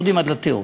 יורדים עד לתהום.